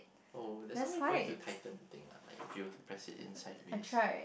oh there's some way for you to tighten the thing lah like if you were to press it in sideways